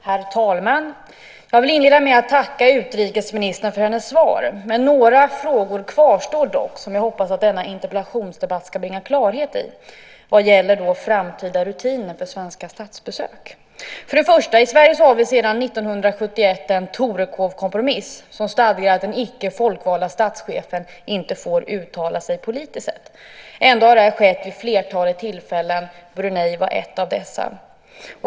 Herr talman! Jag vill inleda med att tacka utrikesministern för hennes svar. Några frågor kvarstår dock, som jag hoppas att denna interpellationsdebatt ska bringa klarhet i, vad gäller framtida rutiner för svenska statsbesök. I Sverige har vi sedan 1971 en Torekovkompromiss som stadgar att den icke folkvalde statschefen inte får uttala sig politiskt. Ändå har det skett vid flertalet tillfällen. Uttalandet i Brunei var ett av dessa.